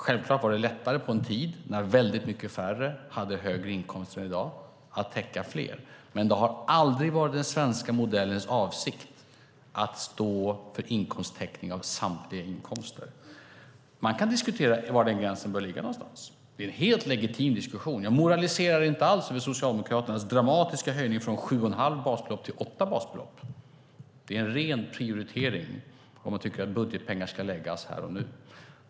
Självklart var det lättare på en tid när väldigt mycket färre hade höga inkomster än i dag att täcka fler. Men det har aldrig varit den svenska modellens avsikt att stå för täckning av samtliga inkomster. Man kan diskutera var gränsen bör gå. Det är en helt legitim diskussion. Jag moraliserar inte alls över Socialdemokraternas dramatiska höjning från sju och ett halvt basbelopp till åtta. Det är en ren prioritering om man tycker att budgetpengar ska läggas här och nu.